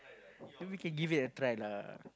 maybe can give it a try lah